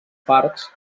parcs